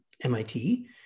MIT